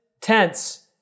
tense